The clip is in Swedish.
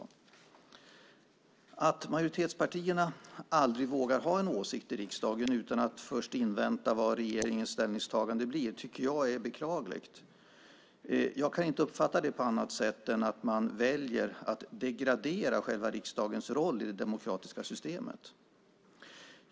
Att majoritetspartierna aldrig vågar ha en åsikt i riksdagen utan att först invänta vad regeringens ställningstagande blir är beklagligt. Jag kan inte uppfatta det på annat sätt än att man väljer att degradera riksdagens roll i det demokratiska systemet.